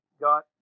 got